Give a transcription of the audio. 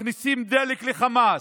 מכניסים דלק לחמאס.